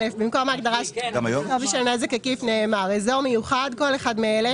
במקום ההגדרה "שווי של נזק עקיף" נאמר: "אזור מיוחד" כל אחד מאלה,